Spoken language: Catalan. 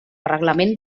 reglament